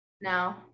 No